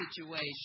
situation